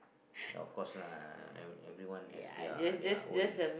ya of course lah every everyone has their their own